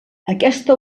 aquesta